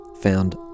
found